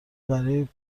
برای